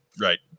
Right